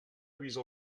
avisa